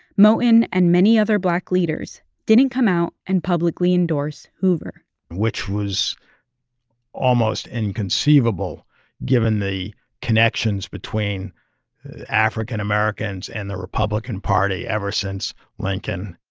moton and many other black leaders didn't come out and publicly endorse hoover which was almost inconceivable given the connections between african americans and the republican party ever since lincoln.